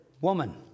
woman